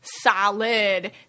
solid